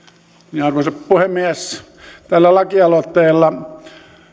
arvoisa puhemies tällä lakialoitteella